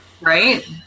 Right